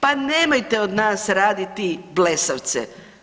Pa nemojte od nas raditi blesavce.